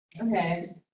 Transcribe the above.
Okay